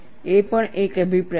એ પણ એક અભિપ્રાય છે